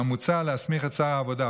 אולם מוצע להסמיך את שר העבודה,